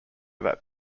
that